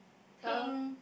pink